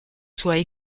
soient